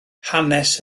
hanes